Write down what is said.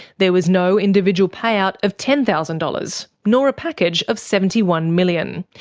there was no individual payout of ten thousand dollars, nor a package of seventy one million